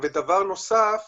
המשרד